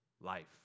life